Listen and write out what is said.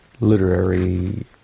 literary